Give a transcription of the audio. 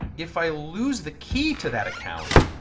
if i lose the key to that account,